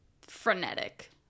frenetic